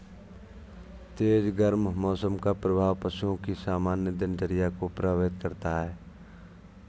तेज गर्म मौसम का प्रभाव पशुओं की सामान्य दिनचर्या को प्रभावित करता है